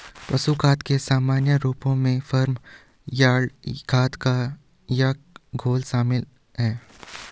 पशु खाद के सामान्य रूपों में फार्म यार्ड खाद या खेत घोल शामिल हैं